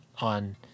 on